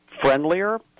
friendlier